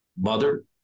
mother